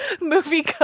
movie